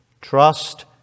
trust